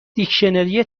دیکشنری